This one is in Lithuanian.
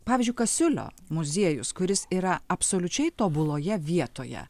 pavyzdžiui kasiulio muziejus kuris yra absoliučiai tobuloje vietoje